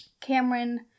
Cameron